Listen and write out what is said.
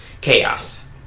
chaos